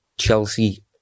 Chelsea